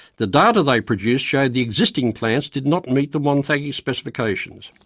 the data they produced showed the existing plants did not meet the wonthaggi specifications.